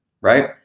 right